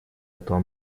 этого